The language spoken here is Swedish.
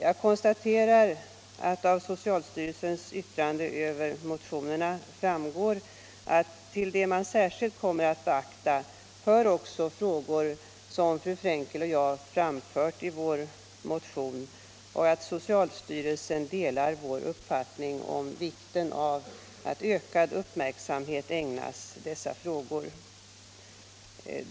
Jag konstaterar — det framgår av socialstyrelsens yttrande över motionerna — att till det utredningen särskilt kommer att beakta också hör frågor som fru Frenkel och jag framfört i vår motion och att socialstyrelsen delar vår uppfattning att det är viktigt att ökad uppmärksamhet ägnas dessa frågor.